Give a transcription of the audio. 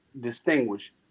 distinguish